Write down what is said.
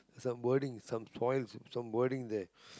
some wordings some toys some wordings there